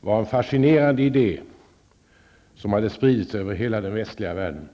var en fascinerande idé, som spritt sig över hela den västliga världen.